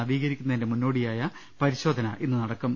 നവീകരിക്കുന്നതിന്റെ മുന്നോടിയായ പരിശോധന ഇന്ന് നടക്കും